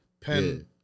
Pen